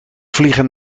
vliegen